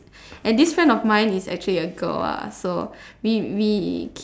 and this friend of mine it's actually a girl lah so we we